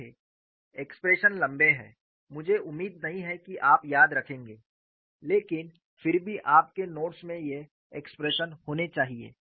देखें एक्सप्रेशन लंबे हैं मुझे उम्मीद नहीं है कि आप याद रखेंगे लेकिन फिर भी आपके नोट्स में ये एक्सप्रेशन होने चाहिए